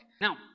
Now